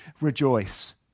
rejoice